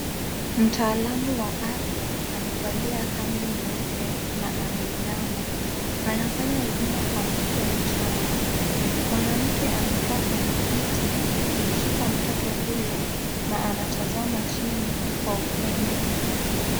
Mtaalamu wa afya amevalia kanzu nyeupe na ameinama. Anafanya huduma kwa mtoto mchanga. Mwanamke amekaa kwenye kiti akimshika mtoto huyo na anatazama chini kwa upendo.